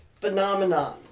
phenomenon